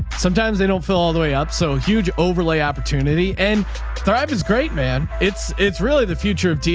sometimes they don't feel all the way up. so huge overlay opportunity and thrive is great, man. it's, it's really the future of,